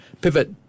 pivot